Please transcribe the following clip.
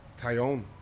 Tyone